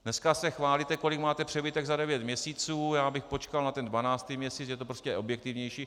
Dneska se chválíte, kolik máte přebytek za devět měsíců, já bych počkal na ten dvanáctý měsíc, protože je to prostě objektivnější.